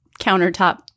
countertop